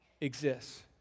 exists